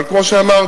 אבל כמו שאמרתי,